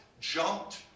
jumped